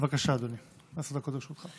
בבקשה, אדוני, עשר דקות לרשותך.